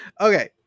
Okay